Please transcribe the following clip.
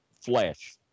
flesh